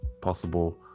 possible